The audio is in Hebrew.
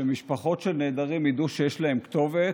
שמשפחות של נעדרים ידעו שיש להן כתובת.